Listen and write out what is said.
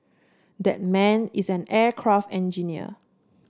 that man is an aircraft engineer